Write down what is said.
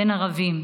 בין ערבים.